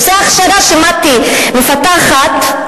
קורסי הכשרה שמט"י מפתחת,